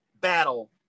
battle